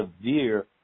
severe